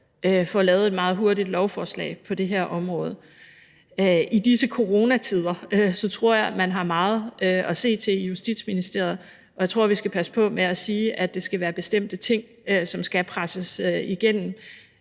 får lavet et meget hurtigt lovforslag på det her område. I disse coronatider tror jeg, at man har meget at se til i Justitsministeriet, og jeg tror, at man skal passe på med at sige, at der skal være bestemte ting, som skal presses igennem